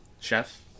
chef